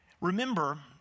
Remember